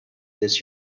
this